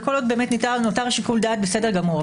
וכל עוד נותר שיקול הדעת בסדר גמור.